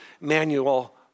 manual